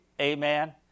Amen